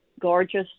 gorgeous